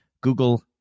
Google